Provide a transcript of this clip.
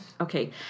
Okay